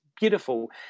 beautiful